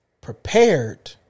prepared